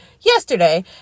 yesterday